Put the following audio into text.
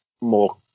more